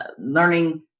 learning